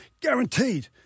guaranteed